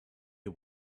you